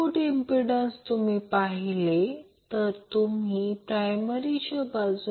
तर f012π√4010 3410 6 f0 104 8π hertz किंवा ω0 2